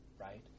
right